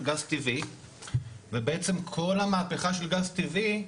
גז טבעי ובעצם כל המהפכה של גז טבעי,